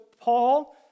Paul